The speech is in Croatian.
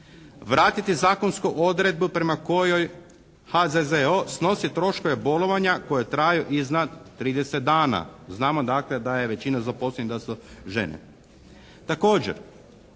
Vratiti zakonsku odredbu prema kojoj HZZ-o snosi troškove bolovanja koja traju iznad 30 dana. Znamo dakle, da je većina zaposlenih da su žene.